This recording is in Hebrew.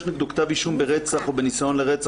נגד אדם כתב אישום על רצח או על ניסיון לרצח,